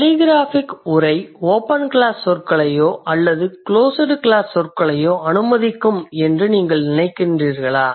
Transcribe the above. telegraphic உரை open class சொற்களையோ அல்லது க்ளோஸ்டு க்ளாஸ் சொற்களையோ அனுமதிக்கும் என்று நீங்கள் நினைக்கிறீர்களா